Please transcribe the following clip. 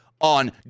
on